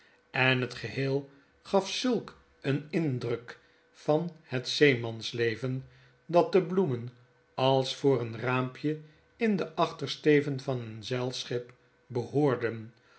en het geheel gaf zulk een indruk van het zeemansleven dat de bloemen als voor een raampje in den achtersteven van een zeilschip behoorden